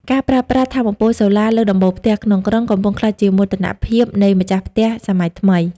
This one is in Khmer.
ការប្រើប្រាស់ "ថាមពលសូឡាលើដំបូលផ្ទះ" ក្នុងក្រុង កំពុងក្លាយជាមោទនភាពនៃម្ចាស់ផ្ទះសម័យថ្មី។